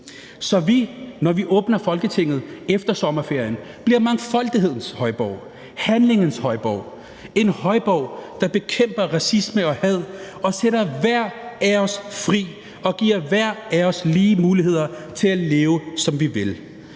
så vi, når vi åbner Folketinget efter sommerferien, bliver mangfoldighedens højborg, handlingens højborg, en højborg, der bekæmper racisme og had og sætter hver af os fri og giver hver af os lige muligheder for at leve, som vi vil,